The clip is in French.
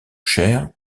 cher